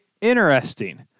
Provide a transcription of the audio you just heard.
interesting